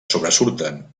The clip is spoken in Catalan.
sobresurten